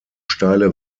steile